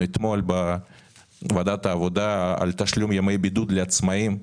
אתמול בוועדת העבודה על תשלום ימי בידוד לעצמאיים.